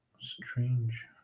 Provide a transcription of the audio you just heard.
strange